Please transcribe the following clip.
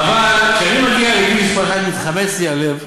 אבל כשאני מגיע מכביש מס' 1 מתחמץ לי הלב.